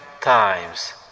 times